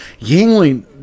Yingling